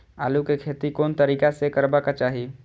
आलु के खेती कोन तरीका से करबाक चाही?